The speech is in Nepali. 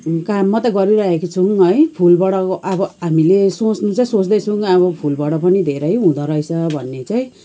काम मात्रै गरिरहेको छौँ है फुलबाट अब हामीले सोच्नु चाहिँ सोच्दैछौँ अब फुलबाट पनि धेरै हुँदोरहेछ भन्ने चाहिँ